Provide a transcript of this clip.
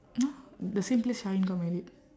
!huh! the same place sharhind got married